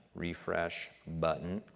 refresh button.